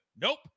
Nope